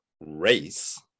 race